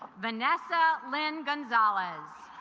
vanessa lynn gonzales